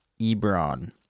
Ebron